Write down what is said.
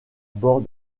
bord